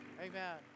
Amen